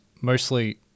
mostly